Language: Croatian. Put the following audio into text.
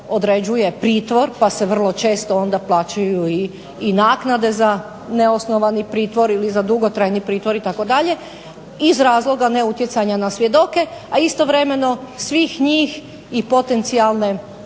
određuje pritvor pa se vrlo često onda plaćaju i naknade za neosnovani pritvor ili za dugotrajni pritvor itd. iz razloga neutjecanja na svjedoke, a istovremeno svih njih i potencijalne